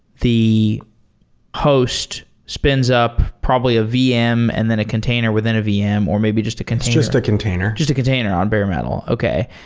the host spends up probably a vm and then a container within a vm or maybe just a container it's just a container. just a container on bare metal. okay.